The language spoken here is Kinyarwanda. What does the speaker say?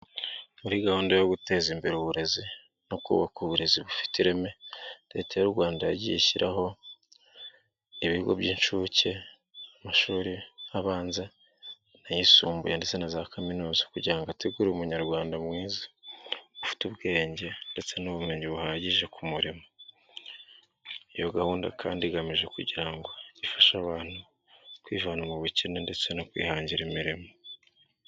Muri gahunda yo guteza imbere uburezi no kubaka uburezi bufite ireme, leta y'u Rwanda yagiye ishyiraho ibigo by'incuke, amashuri abanza n'ayisumbuye ndetse na za kaminuza kugira ngo ategure umunyarwanda ufite ubwenge ndetse n'ubumenyi buhagije. Iyo gahunda kandi igamije kugira ngo ifashe abantu kwivana mu bukene ndetse no kwihangira imirimo.